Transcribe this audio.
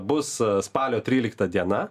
bus spalio trylikta diena